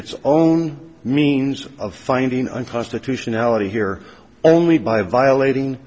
its own means of finding unconstitutionality here only by violating